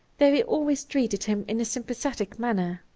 though he always treated him in a sympathetic manner.